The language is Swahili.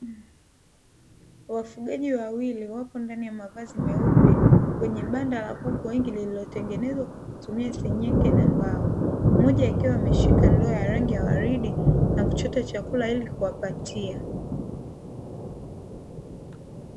Wafugaji wawili wako ndani ya mavazi meupe, kwenye banda la kuku wengi lililotengenezwa kwa kutumia senyenge na mbao. Mmoja akiwa ameshika ndoo ya rangi ya waridi, na kuchota chakula ili kuwapatia.